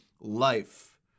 life